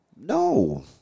No